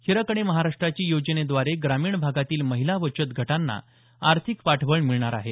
हिरकणी महाराष्ट्राची योजनेद्वारे ग्रामीण भागातील महिला बचत गटांना आर्थिक पाठबळ मिळणार आहे